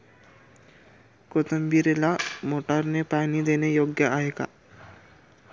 कोथिंबीरीला मोटारने पाणी देणे योग्य आहे का?